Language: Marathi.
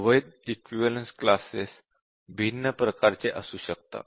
अवैध इक्विवलेन्स क्लासेस भिन्न प्रकारचे असू शकतात